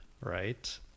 right